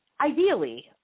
ideally